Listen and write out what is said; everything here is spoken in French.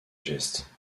gestes